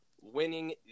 winning